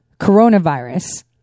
coronavirus